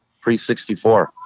pre-64